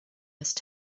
must